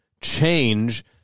change